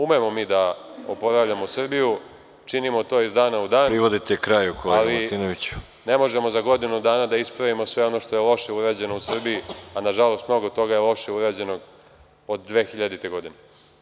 Umemo mi da oporavljamo Srbiju, činimo to iz dana u dan, ali ne možemo za godinu dana da ispravimo sve ono što je loše urađeno u Srbiji, a na žalost mnogo toga lošeg je urađeno od 2000. godine.